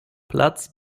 platz